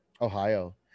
Ohio